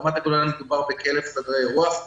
ברמת הגולן מדובר בכ-1,000 חדרי אירוח,